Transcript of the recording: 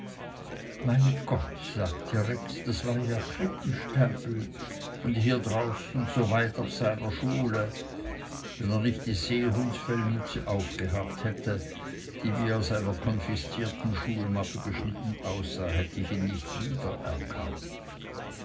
mein gott sagte rex das war ja krippenstapel und hier draußen so weit ab von seiner schule wenn er nicht die seehundsfellmütze gehabt hätte die wie aus einer konfiszierten schulmappe geschnitten aussah hätt ich ihn nicht wiedererkannt